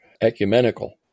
ecumenical